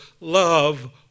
love